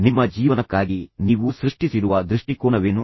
ನಿಮ್ಮ ಜೀವನಕ್ಕಾಗಿ ನೀವು ಸೃಷ್ಟಿಸಿರುವ ದೃಷ್ಟಿಕೋನವೇನು